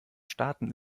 staaten